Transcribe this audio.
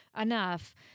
enough